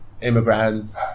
immigrants